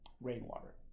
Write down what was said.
rainwater